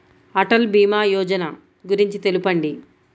అటల్ భీమా యోజన గురించి తెలుపండి?